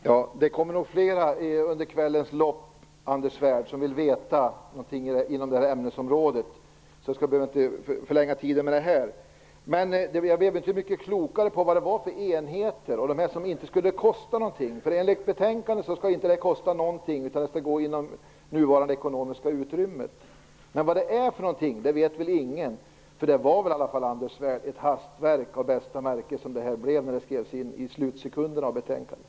Herr talman! Det kommer nog fler under kvällens lopp, Anders Svärd, som vill veta någonting inom det här ämnesområdet, så jag skall inte förlänga tiden med det. Jag blev inte mycket klokare i frågan om enheter och vilka som inte skulle kosta någonting. Enligt betänkandet skulle det inte kosta någonting utan gå inom det nuvarande ekonomiska utrymmet. Men vad det är vet ingen. Det var väl ett hastverk av bästa märke när det här skrevs in i betänkandet i slutsekunderna.